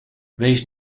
wees